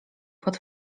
pod